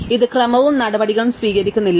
ഇത് ക്രമവും നടപടികളും സ്വീകരിക്കുന്നില്ല